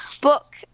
book